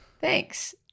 thanks